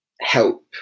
help